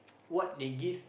what they give